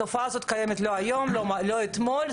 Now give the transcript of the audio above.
התופעה הזאת קיימת לא היום, לא אתמול.